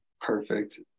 perfect